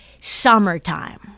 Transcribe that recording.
summertime